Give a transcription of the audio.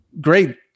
great